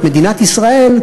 את מדינת ישראל,